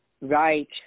Right